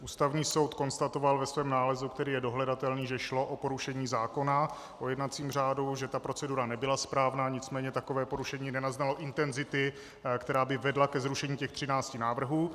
Ústavní soud konstatoval ve svém nálezu, který je dohledatelný, že šlo o porušení zákona o jednacím řádu, že ta procedura nebyla správná, nicméně takové porušení nenaznalo intenzity, která by vedla ke zrušení těch 13 návrhů.